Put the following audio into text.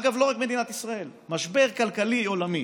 אגב, לא רק מדינת ישראל, משבר כלכלי עולמי.